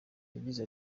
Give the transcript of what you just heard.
yagize